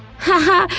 haha!